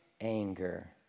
anger